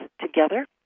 together